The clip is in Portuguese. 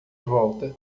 volta